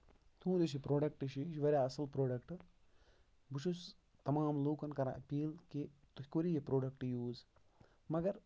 تُہُند یُس یہِ پروڈکٹ چھُ یہِ چھُ واریاہ اَصٕل پروڈکٹ بہٕ چھُس تَمام لُکن کران أپیٖل کہِ تُہۍ کٔرِو یہِ پروڈکٹ یوٗز مَگر